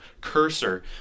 cursor